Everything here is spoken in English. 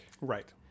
Right